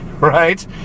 right